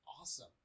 Awesome